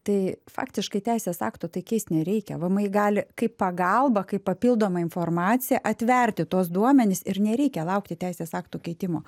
tai faktiškai teisės akto tai keist nereikia vmi gali kaip pagalbą kaip papildomą informaciją atverti tuos duomenis ir nereikia laukti teisės aktų keitimo